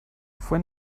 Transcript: fue